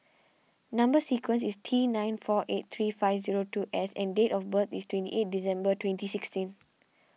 Number Sequence is T nine four eight three five zero two S and date of birth is twenty eight December twenty sixteen